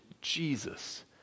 Jesus